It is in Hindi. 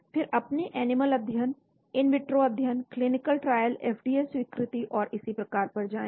फिर अपने एनिमल अध्ययन इन विट्रो अध्ययन क्लीनिकल ट्रायल एफडीए स्वीकृति और इसी प्रकार पर जाएं